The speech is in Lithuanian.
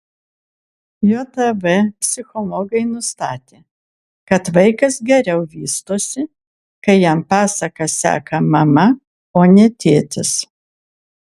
jav psichologai nustatė kad vaikas geriau vystosi kai jam pasakas seka mama o ne tėtis